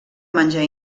menjar